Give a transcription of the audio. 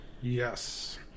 Yes